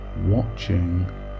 watching